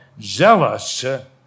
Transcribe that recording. zealous